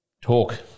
talk